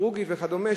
כירורגית וכדומה,